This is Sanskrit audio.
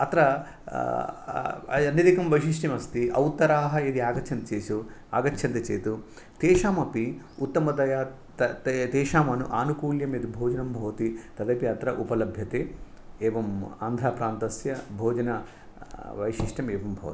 अत्र अन्यदेकं वैशिष्ट्यम् अस्ति औत्तराः यदि आगच्छन्ति चेश आगच्छन्ति चेत् तेषामपि उत्तमतया त् ते तेषाम् आनुकुल्यं यद्भोजनं भवति तदपि अत्र उपलभ्यते एवम् आन्ध्राप्रान्तस्य भोजनवैशिष्ट्यम् एवं भवति